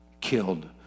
killed